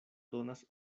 donas